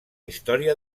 història